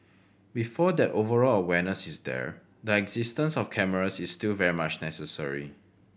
before that overall awareness is there the existence of cameras is still very much necessary